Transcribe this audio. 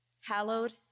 hallowed